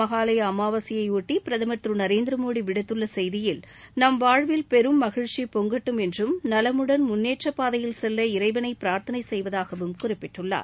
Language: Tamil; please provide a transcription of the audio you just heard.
மஹாளாய அமாவசையை ஒட்டி பிரதமர் திரு நரேந்திர மோடி விடுத்துள்ள செய்தியில் நம் வாழ்வில் பெரும் மகிழ்ச்சி பொங்கட்டும் என்றும் நலமுடன் முன்னேற்ற பாதையில் செல்ல இறைவனை பிரார்த்தனை செய்வதாகவும் குறிப்பிட்டுள்ளார்